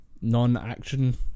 non-action